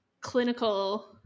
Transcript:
clinical